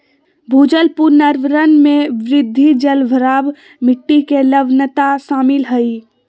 भूजल पुनर्भरण में वृद्धि, जलभराव, मिट्टी के लवणता शामिल हइ